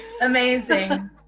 Amazing